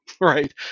right